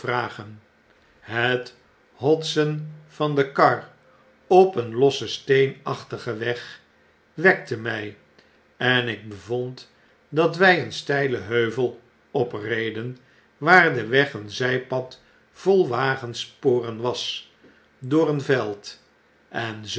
het hotsen van de kar op een lossen steenachtigen weg wekte my en ik bevond dat wy een steilen heuvel opreden waar de weg een zijpad vol wagensporen was door een veld en